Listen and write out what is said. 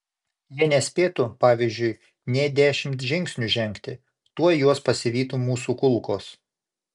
jie nespėtų pavyzdžiui nė dešimt žingsnių žengti tuoj juos pasivytų mūsų kulkos